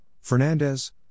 Fernandez